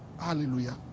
Hallelujah